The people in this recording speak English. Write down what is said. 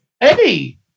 Eddie